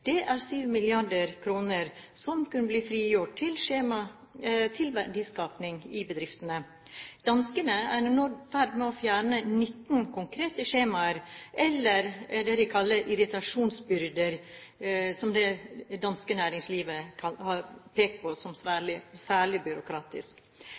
i bedriftene. Danskene er nå i ferd med å fjerne 19 konkrete skjemaer, eller det de kaller «irritasjonsbyrder», som det danske næringslivet har pekt på som